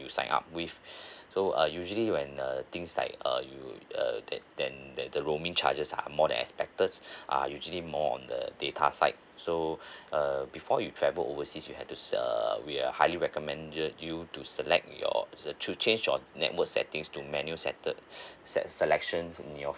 you sign up with so uh usually when uh things like uh you err that then that the roaming charges are more than expected are usually more on the data side so err before you travel overseas you have to err we are highly recommended you to select your uh to change your network settings to manual sector se~ selection in your